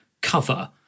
cover